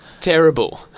Terrible